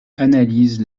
analyse